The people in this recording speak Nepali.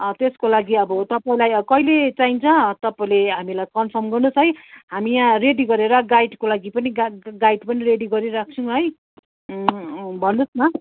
त्यसको लागि अब तपाईँलाई अब कहिले चाहिन्छ तपाईँले हामीलाई कन्फर्म गर्नुहोस् है हामी यहाँ रेडी गरेर गाइडको लागि पनि गाइ गाइड पनि रेडी गरेर राख्छौँ है भन्नुहोस् न